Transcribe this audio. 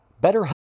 Better